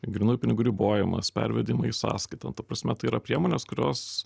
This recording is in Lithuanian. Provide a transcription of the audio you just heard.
grynųjų pinigų ribojimas pervedimai į sąskaita ta prasme tai yra priemonės kurios